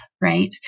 right